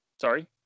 Sorry